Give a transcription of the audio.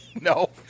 No